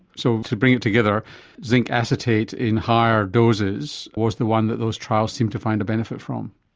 so to bring it together zinc acetate in higher doses was the one that those trials seemed to find a benefit from?